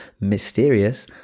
Mysterious